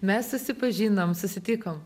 mes susipažinom susitikom